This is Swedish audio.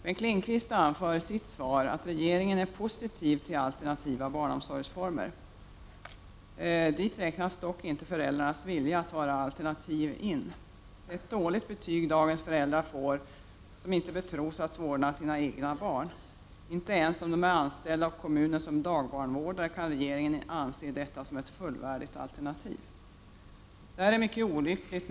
Bengt Lindqvist anför i sitt svar att regeringen är positiv till alternativ barnomsorg. Dit räknas dock inte föräldrarnas vilja att utgöra alternativ. Det är ett dåligt betyg dagens föräldrar får när de inte betros att vårda sina egna barn. Inte ens om de är anställda av kommunen som dagbarnvårdare kan regeringen anse detta som ett fullvärdigt alternativ. Detta är mycket olyckligt.